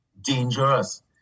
dangerous